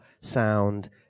sound